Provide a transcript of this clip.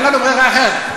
אין לנו ברירה אחרת.